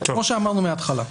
כמו שאמרנו מההתחלה.